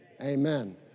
amen